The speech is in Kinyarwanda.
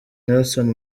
nelson